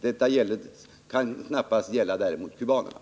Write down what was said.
Detta kan däremot knappast gälla kubanerna.